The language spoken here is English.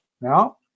Now